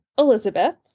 Elizabeth